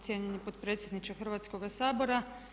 cijenjeni potpredsjedniče Hrvatskoga sabora.